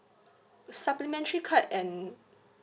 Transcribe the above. supplementary card and